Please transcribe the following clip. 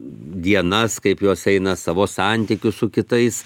dienas kaip jos eina savo santykius su kitais